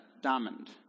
diamond